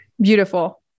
beautiful